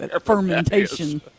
Fermentation